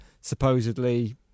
supposedly